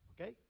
okay